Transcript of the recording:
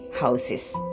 houses